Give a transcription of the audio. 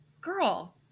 girl